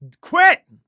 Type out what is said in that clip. quit